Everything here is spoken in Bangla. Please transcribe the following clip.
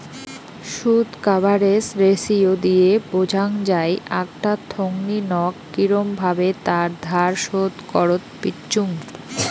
শুধ কাভারেজ রেসিও দিয়ে বোঝাং যাই আকটা থোঙনি নক কিরম ভাবে তার ধার শোধ করত পিচ্চুঙ